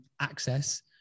access